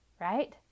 right